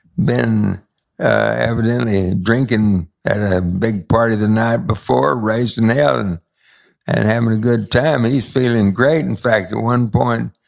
been evidently drinking at a big party the night before, raising heaven and having a good time. he's feeling great. in fact, at one point,